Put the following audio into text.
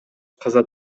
каза